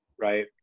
right